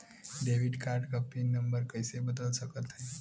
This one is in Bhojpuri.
डेबिट कार्ड क पिन नम्बर कइसे बदल सकत हई?